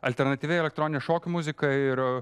alternatyvi elektroninė šokių muzika ir